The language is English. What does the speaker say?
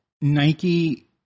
Nike